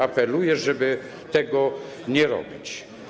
Apeluję, żeby tego nie robić.